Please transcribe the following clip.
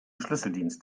schlüsseldienst